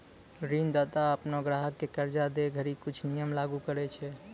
ऋणदाता अपनो ग्राहक क कर्जा दै घड़ी कुछ नियम लागू करय छै